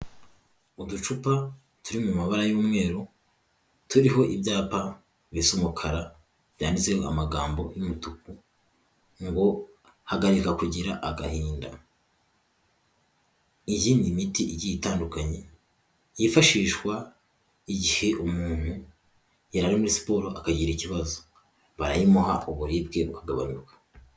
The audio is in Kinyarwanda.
Uducupa turi mu mababara y'umweru turiho ibyapa bisa umukara byanditseho amagambo y'umutuku ngo ''hagarika kugira agahinda'' iyi n'imiti yifashishwa igihe umuntu yari muri siporo akagira ikibazo bayimuha uburibwe bukagabanuka.